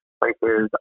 places